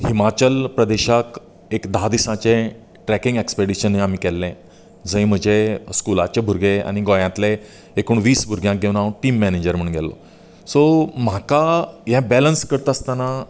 हिमाचल प्रदेशाक एक धा दिसाचें ट्रॅकींग एक्सपडिशन हें आमी केल्लें जंय म्हजे स्कुलाचे भुरगे आनी गोंयातले एकूण वीस भुरग्यांक घेवन हांव टीम मॅनेजर म्हुणू गेल्लों सो म्हाका हें बॅलन्स करतास्तना